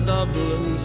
Dublin